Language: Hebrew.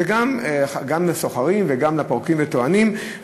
גם לסוחרים וגם לפורקים ולטוענים,